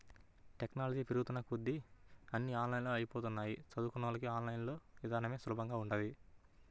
technology పెరుగుతున్న కొద్దీ అన్నీ ఆన్లైన్ అయ్యిపోతన్నయ్, చదువుకున్నోళ్ళకి ఆన్ లైన్ ఇదానమే సులభంగా ఉంటది